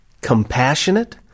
compassionate